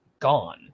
gone